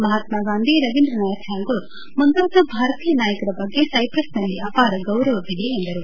ಮಹಾತ್ಮಾಂಧಿ ರವೀಂದ್ರನಾಥ ಶಕೂರ್ ಮುಂತಾದ ಭಾರತೀಯ ನಾಯಕರ ಬಗ್ಗೆ ಸೈಪ್ರಸ್ನಲ್ಲಿ ಅಪಾರ ಗೌರವವಿದೆ ಎಂದರು